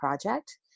project